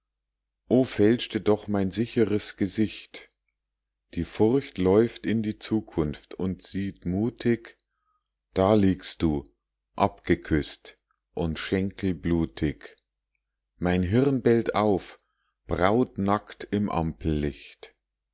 o fälschte doch mein sicheres gesicht die furcht läuft in die zukunft und sieht mutig da liegst du abgeküßt und schenkelblutig mein hirn bellt auf brautnackt im